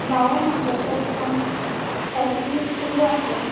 গাঁৱৰ মাজতে এখন এলপি স্কুলো আছে